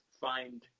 find